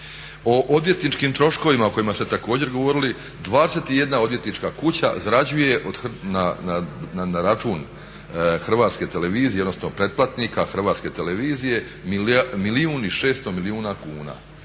O odvjetničkim troškovima o kojima ste također govorili 21 odvjetnička kuća zarađuje na račun Hrvatske televizije, odnosno pretplatnika Hrvatske televizije milijun i 600 milijuna kuna.